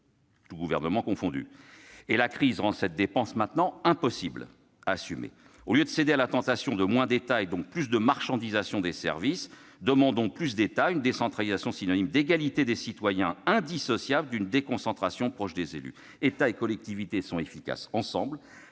tous gouvernements confondus, et que la crise rend cette dépense maintenant impossible à assumer. Au lieu de céder à la tentation du moins d'État et, donc, à une plus grande marchandisation des services, demandons plus d'État, une décentralisation synonyme d'égalité des citoyens, indissociable d'une déconcentration proche des élus. État et collectivités sont efficaces ensemble